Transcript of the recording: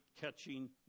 catching